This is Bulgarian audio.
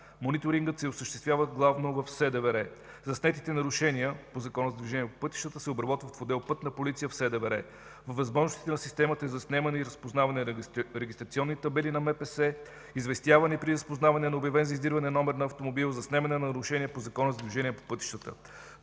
Мониторингът се осъществява главно в СДВР. Заснетите нарушения по Закона за движение по пътищата се обработват в „Пътна полиция” в СДВР. Във възможностите на системата е заснемане и разпознаване на регистрационни табели на МПС, известяване при разпознаване на обявен за издирване номер на автомобил, заснемане на нарушения по